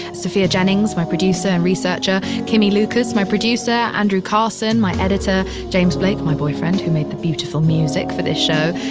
sophia jennings, my producer and researcher. kimmie lucas, my producer. andrew carson, my editor. james blake, my boyfriend, who made the beautiful music for this show.